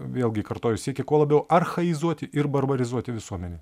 vėlgi kartoju siekį kuo labiau archaizuoti ir barbarizuoti visuomenę